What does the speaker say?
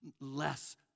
less